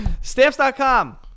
Stamps.com